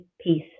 peace